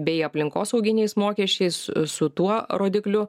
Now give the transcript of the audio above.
bei aplinkosauginiais mokesčiais su tuo rodikliu